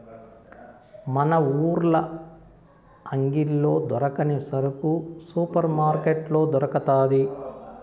మన ఊర్ల అంగిల్లో దొరకని సరుకు సూపర్ మార్కట్లో దొరకతాది